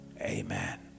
Amen